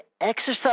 exercise